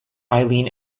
eileen